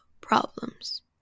problems